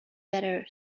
better